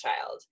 child